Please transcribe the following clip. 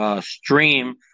stream